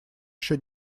еще